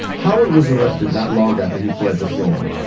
howard was arrested not long after he fled the scene.